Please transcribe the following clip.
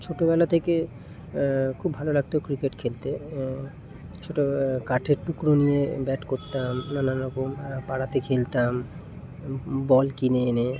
ছোটোবেলা থেকে খুব ভালো লাগতো ক্রিকেট খেলতে ছোটো কাঠের টুকরো নিয়ে ব্যাট করতাম নানা রকম পাড়া পাড়াতে খেলতাম বল কিনে এনে